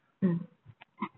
mm